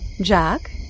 Jack